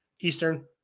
Eastern